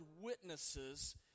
witnesses